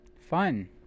fun